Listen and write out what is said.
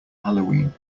halloween